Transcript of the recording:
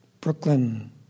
Brooklyn